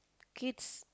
kids